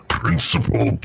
principal